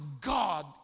God